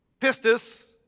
Pistis